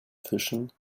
fischen